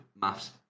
maths